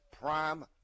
prime